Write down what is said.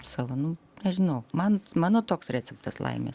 savano nežinau man mano toks receptas laimės